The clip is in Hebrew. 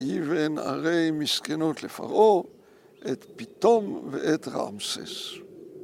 ויבן ערי מסכנות לפרעה, ‫את פיתום ואת רעמסס.